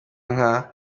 nka